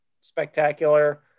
spectacular